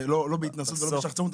לא בהתנשאות ולא בשחצנות.